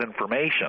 information